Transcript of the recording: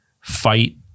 fight